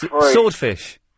Swordfish